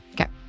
Okay